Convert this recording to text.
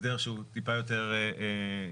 הסדר שהוא טיפה יותר שלם.